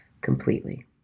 completely